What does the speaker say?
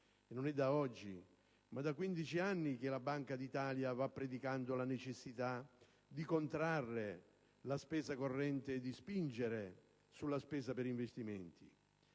Non è da oggi ma da 15 anni che la Banca d'Italia va predicando la necessità di contrarre la spesa corrente e di spingere sulla spesa per investimenti.